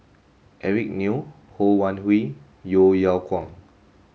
Eric Neo Ho Wan Hui Yeo Yeow Kwang